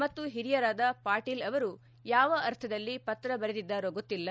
ಮತ್ತು ಹಿರಿಯರಾದ ಪಾಟೀಲ್ ಅವರು ಯಾವ ಅರ್ಥದಲ್ಲಿ ಪತ್ರ ಬರೆದಿದ್ದಾರೋ ಗೊತ್ತಿಲ್ಲ